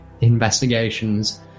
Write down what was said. investigations